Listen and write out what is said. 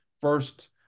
first